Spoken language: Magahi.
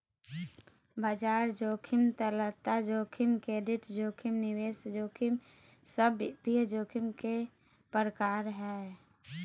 बाजार जोखिम, तरलता जोखिम, क्रेडिट जोखिम, निवेश जोखिम सब वित्तीय जोखिम के प्रकार हय